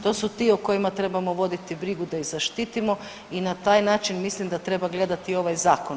To su ti o kojima trebamo voditi brigu da ih zaštitimo i na taj način mislim da treba gledati ovaj zakon.